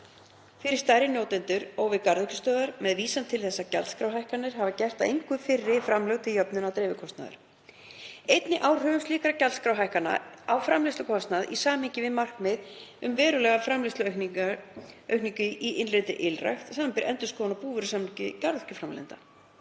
fyrir stærri notendur á við garðyrkjustöðvar, með vísan til þess að gjaldskrárhækkanir hafi gert að engu fyrri framlög til jöfnunar dreifikostnaðar. Einnig áhrifum slíkra gjaldskrárhækkana á framleiðslukostnað í samhengi við markmið um verulega framleiðsluaukningu í innlendri ylrækt, samanber endurskoðun á búvörusamningi garðyrkjuframleiðenda.